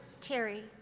Terry